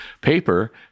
paper